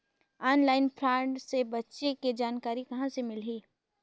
Online fraud ले बचे के जानकारी कहां ले मिलही?